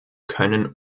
können